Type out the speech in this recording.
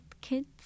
kids